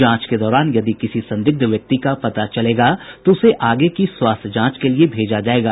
जांच के दौरान यदि किसी संदिग्ध व्यक्ति का पता चलेगा तो उसे आगे की स्वास्थ्य जांच के लिए भेजा जाएगा